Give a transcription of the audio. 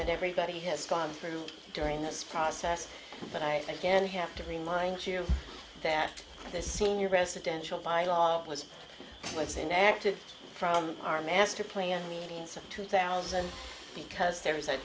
that everybody has gone through during this process but i again have to remind you that this senior residential by law it was less than active from our master plan meetings two thousand because there is a